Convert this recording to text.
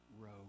row